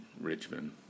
Richmond